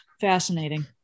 Fascinating